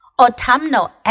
autumnal